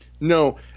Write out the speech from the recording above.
No